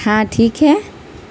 ہاں ٹھیک ہے